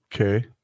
Okay